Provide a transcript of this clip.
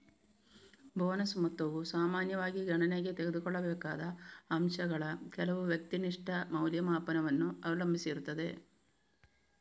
bonus ಮೊತ್ತವು ಸಾಮಾನ್ಯವಾಗಿ ಗಣನೆಗೆ ತೆಗೆದುಕೊಳ್ಳಬೇಕಾದ ಅಂಶಗಳ ಕೆಲವು ವ್ಯಕ್ತಿನಿಷ್ಠ ಮೌಲ್ಯಮಾಪನವನ್ನು ಅವಲಂಬಿಸಿರುತ್ತದೆ